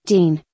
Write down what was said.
Dean